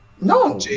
No